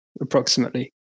Approximately